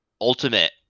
ultimate